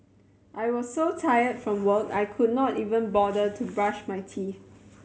I was so tired from work I could not even bother to brush my teeth